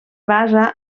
basa